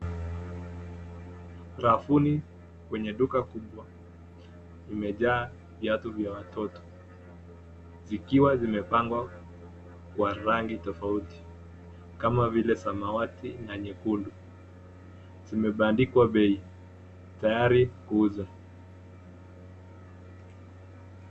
Rafuni kwenye duka kubwa, imejaa viatu vya watoto, vikiwa vimepangwa kwa rangi tofauti, kama vile samawati na nyekundu. Vimebandikwa bei, tayari kuuza.